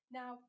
now